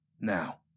Now